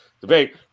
debate